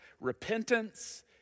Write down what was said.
Repentance